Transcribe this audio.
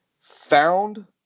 found